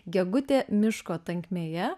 gegutė miško tankmėje